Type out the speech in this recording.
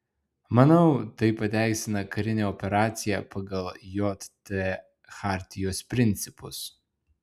manau tai pateisina karinę operaciją pagal jt chartijos principus